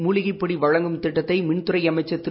மூலிகைப் பொடி வழங்கும் திட்டத்தை மின்துறை அமைச்சர் திரு